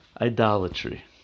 idolatry